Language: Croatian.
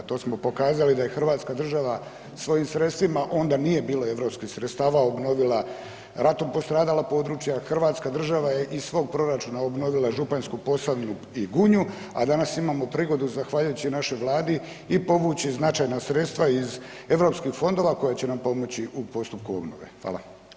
To smo pokazali da je Hrvatska država svojim sredstvima, onda nije bilo europskih sredstava obnovila ratom postradala područja, Hrvatska država je iz svog proračuna obnovila Županjsku Posavinu i Gunju, a danas imamo prigodu zahvaljujući našoj Vladi i povući značajna sredstva iz Europskih fondova koja će nam pomoći u postupku obnove.